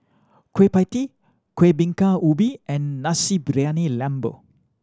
Kueh Pie Tee Kueh Bingka Ubi and Nasi Briyani Lembu